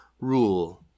rule